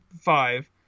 five